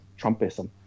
Trumpism